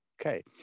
Okay